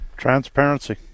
Transparency